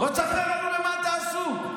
בוא תספר לנו במה אתה עסוק.